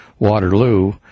Waterloo